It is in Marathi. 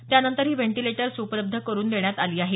त्यानंतर ही व्हेंटिलेटर्स उपलब्ध करून देण्यात आली आहेत